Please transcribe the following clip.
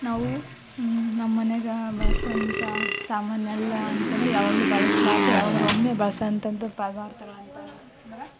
ನಾವು ನಮ್ಮ ಮನೆಯಾಗ ಬಳಸುವಂಥ ಸಾಮಾನೆಲ್ಲ ಅಂತಂದರೆ ಯಾವಾಗಲೂ ಬಳಸಲಾರ್ದೆ ಯಾವಾಗಾರು ಒಮ್ಮೆ ಬಳ್ಸೋಂಥದ್ ಪದಾರ್ಥಗಳಂತ ಅಂದರೆ